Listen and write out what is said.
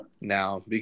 now